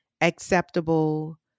acceptable